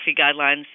guidelines